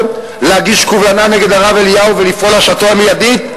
להגיש קובלנה נגד הרב אליהו ולפעול להשעייתו המיידית.